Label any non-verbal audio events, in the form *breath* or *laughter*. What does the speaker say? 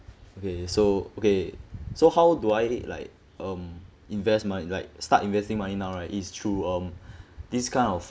okay so okay so how do I read like um invest my like start investing mine now right is through um *breath* this kind of